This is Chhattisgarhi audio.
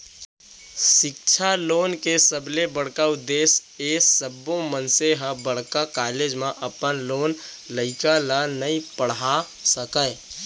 सिक्छा लोन के सबले बड़का उद्देस हे सब्बो मनसे ह बड़का कॉलेज म अपन लोग लइका ल नइ पड़हा सकय